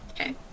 Okay